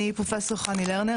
אני פרופסור חני לרנר,